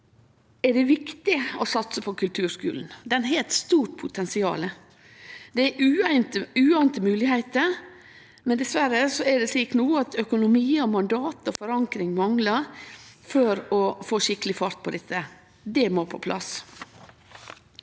er det viktig å satse på kulturskulen. Han har eit stort potensial. Det er uante moglegheiter, men diverre er det slik at økonomi, mandat og forankring manglar for å få skikkeleg fart på dette. Det må på plass.